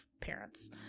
parents